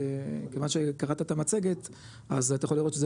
זה כיוון שקראת את המצגת אז אתה יכול לראות שזה